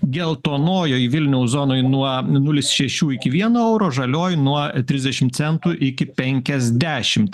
geltonojoj vilniaus zonoj nuo nulis šešių iki vieno euro žalioj nuo trisdešim centų iki penkiasdešim